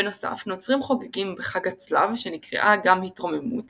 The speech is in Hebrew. בנוסף נוצרים חוגגים בחג הצלב שנקראה גם התרוממות